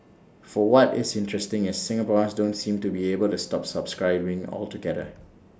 for what is interesting is Singaporeans don't seem to be able to stop subscribing altogether